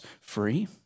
free